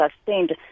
sustained